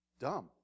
dumb